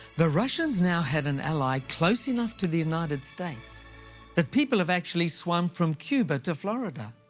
the russians now had an ally close enough to the united states that people have actually swam from cuba to florida.